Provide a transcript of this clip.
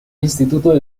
instituto